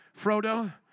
Frodo